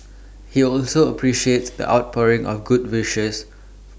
he also appreciates the outpouring of good wishes